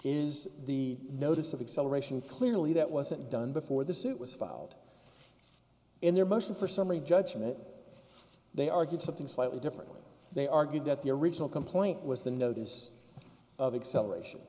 is the notice of acceleration clearly that wasn't done before the suit was filed in their motion for summary judgment they argued something slightly different they argued that the original complaint was the notice of acceleration